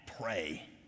pray